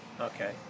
Okay